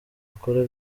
akora